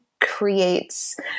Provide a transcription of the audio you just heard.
creates